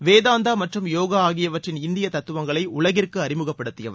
வேதாந்தா மற்றும் யோகா ஆகியவற்றின் இந்திய தத்துவங்களை உலகிற்கு அறிமுகப்படுத்தியவர்